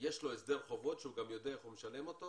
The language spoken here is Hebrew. יש לו הסדר חובות שהוא גם יודע איך הוא משלם אותם,